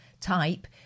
type